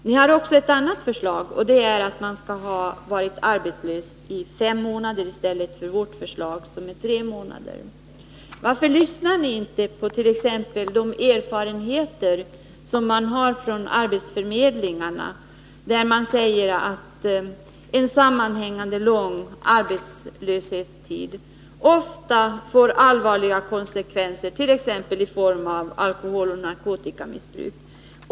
Ni har också ett annat förslag, och det är att man skall ha varit arbetslös i fem månader i stället för — enligt vårt förslag — tre månader för att få stöd. Varför lyssnar ni inte på t.ex. arbetsförmedlingarna, när de redovisar sina erfarenheter och säger att en sammanhängande lång arbetslöshetstid ofta får allvarliga konsekvenser bl.a. i form av alkoholoch narkotikamissbruk?